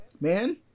man